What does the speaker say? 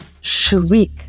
shriek